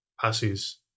passes